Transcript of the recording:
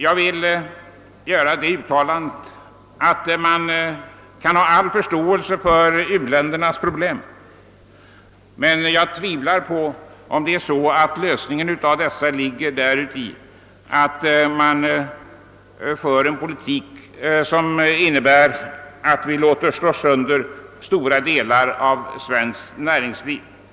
Jag vill understryka att man bör ha all förståelse för u-ländernas problem, men jag tvivlar på att lösningen av detta ligger i en politik, som innebär att stora delar av svenskt näringsliv slås sönder.